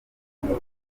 depite